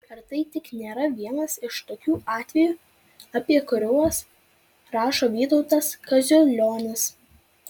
ar tai tik nėra vienas iš tokių atvejų apie kuriuos rašo vytautas kaziulionis